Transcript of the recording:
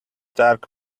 dark